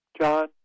John